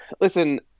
Listen